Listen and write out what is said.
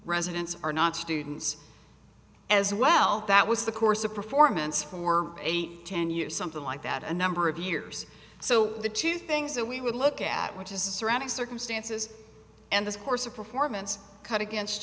residents are not students as well that was the course of performance for eight ten years something like that a number of years so the two things that we would look at which is the surrounding circumstances and this course of performance cut against